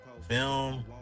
film